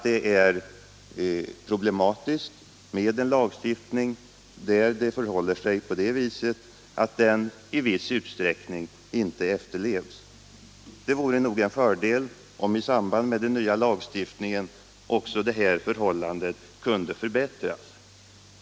Det är problematiskt med en lagstiftning som i viss utsträckning inte efterlevs. Det vore en fördel om, i samband med den nya lagstiftningen, också detta förhållande kunde förbättras.